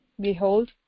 behold